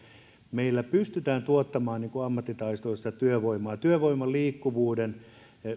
meillä pystytään tuottamaan ammattitaitoista työvoimaa työvoiman liikkuvuuden